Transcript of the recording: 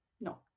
No